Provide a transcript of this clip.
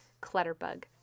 clutterbug